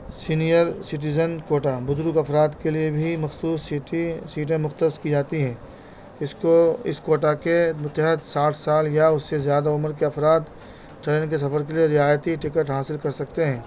senior citizen quota بزرگ افراد کے لیے بھی مخصوص سیٹی سیٹیں مختص کی جاتی ہیں اس کو اس کوٹا کے مستحق ساٹھ سال یا اس سے زیادہ عمر کے افراد ٹرین کے سفر کے لیے رعایتی ٹکٹ حاصل کر سکتے ہیں